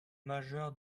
majeur